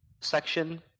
section